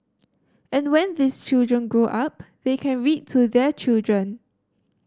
and when these children grow up they can read to their children